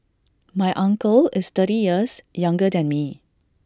my uncle is thirty years younger than me